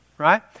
Right